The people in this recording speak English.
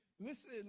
listen